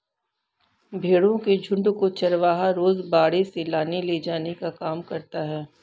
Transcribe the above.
भेंड़ों के झुण्ड को चरवाहा रोज बाड़े से लाने ले जाने का काम करता है